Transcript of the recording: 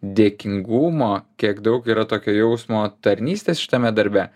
dėkingumo kiek daug yra tokio jausmo tarnystės šitame darbe